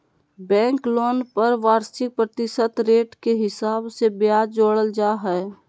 bank loan पर वार्षिक प्रतिशत रेट के हिसाब से ब्याज जोड़ल जा हय